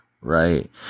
right